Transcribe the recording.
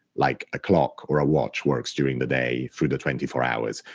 like a clock or a watch works during the day, through the twenty four hours,